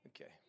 Okay